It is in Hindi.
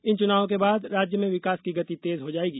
इन चुनावों के बाद राज्य में विकास की गति तेज हो जायेगी